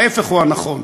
ההפך הוא הנכון.